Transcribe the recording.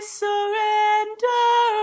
surrender